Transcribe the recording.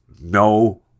no